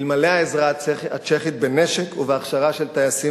אלמלא העזרה הצ'כית בנשק ובהכשרה של טייסים